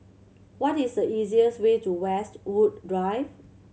what is the easiest way to Westwood Drive